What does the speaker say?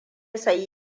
sayi